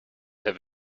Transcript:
have